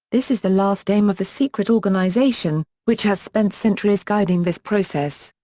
this is the last aim of the secret organization which has spent centuries guiding this process.